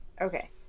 Okay